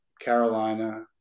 Carolina